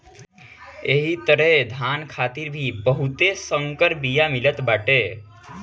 एही तरहे धान खातिर भी बहुते संकर बिया मिलत बाटे